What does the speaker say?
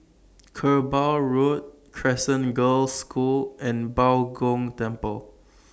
Kerbau Road Crescent Girls' School and Bao Gong Temple